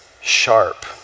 sharp